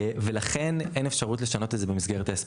ולכן אין אפשרות לשנות את זה במסגרת.